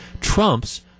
trumps